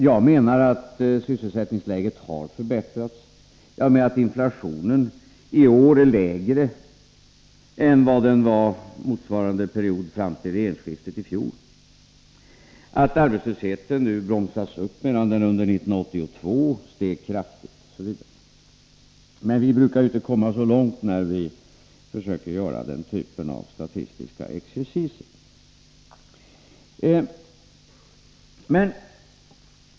Jag menar att sysselsättningsläget har förbättrats, att inflationen i år är lägre än vad den var motsvarande period fram till regeringsskiftet i fjol, att arbetslösheten nu bromsas upp medan den under 1982 steg kraftigt osv. Men vi brukar ju inte komma så långt när vi försöker oss på den typen av statistisk exercis.